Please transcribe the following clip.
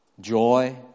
joy